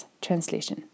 translation